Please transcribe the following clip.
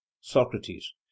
Socrates